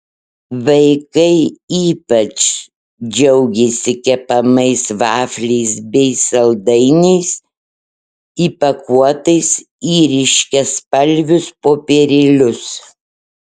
vaikai ypač džiaugėsi kepamais vafliais bei saldainiais įpakuotais į ryškiaspalvius popierėlius